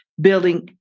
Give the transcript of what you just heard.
building